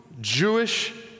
Jewish